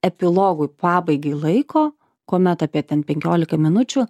epilogui pabaigai laiko kuomet apie ten penkioliką minučių